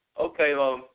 Okay